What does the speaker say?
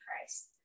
Christ